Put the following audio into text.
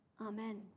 Amen